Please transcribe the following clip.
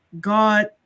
God